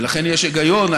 ולכן יש היגיון.